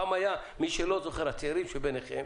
מי שלא זוכר, הצעירים שבינכם,